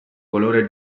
colore